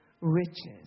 riches